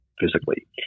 physically